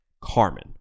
Carmen